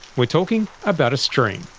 we're talking about a stream.